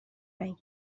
رنگ